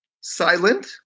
silent